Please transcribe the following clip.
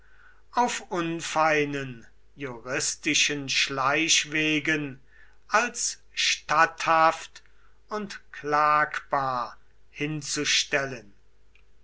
auf unfeinen juristischen schleichwegen als statthaft und klagbar hinzustellen